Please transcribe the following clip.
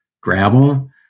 gravel